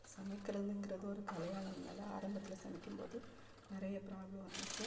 சமைக்கிறதுங்கிறது ஒரு கலையாக இருந்தாலும் ஆரம்பத்தில் சமைக்கும் போது நிறைய ப்ராப்ளம் வந்துச்சு